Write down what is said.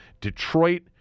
Detroit